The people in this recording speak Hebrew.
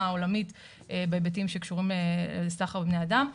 העולמית בהיבטים שקשורים לסחר בבני אדם.